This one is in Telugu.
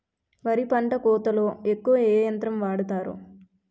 వరి పంట కోతలొ ఎక్కువ ఏ యంత్రం వాడతారు?